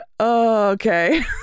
Okay